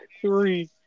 three